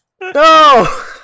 No